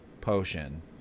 potion